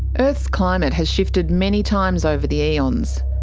earth's climate has shifted many times over the eons.